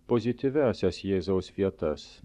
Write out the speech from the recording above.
pozityviasias jėzaus vietas